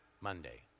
Monday